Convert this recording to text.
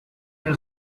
note